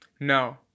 No